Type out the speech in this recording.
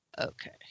okay